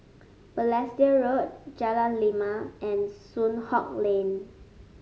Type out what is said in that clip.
Balestier Road Jalan Lima and Soon Hock Lane